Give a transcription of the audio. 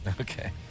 Okay